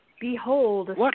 Behold